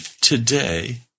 today